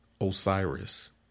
Osiris